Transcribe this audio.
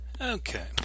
Okay